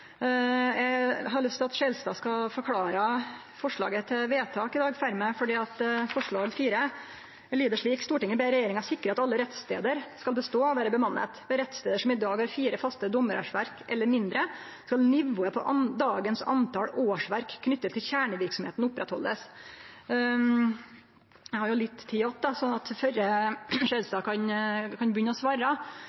har lyst til at Skjelstad skal forklare forslaget til vedtak for meg, for forslag nr. 4 lyder slik: «Stortinget ber regjeringen sikre at alle rettssteder skal bestå og være bemannet. Ved rettssteder som i dag har fire faste dommerårsverk eller mindre, skal nivået på dagens antall årsverk knyttet til kjernevirksomheten opprettholdes.» Eg har litt